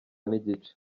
n’igice